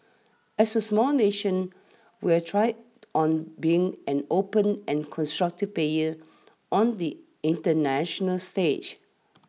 as a small nation we have thrived on being an open and constructive player on the international stage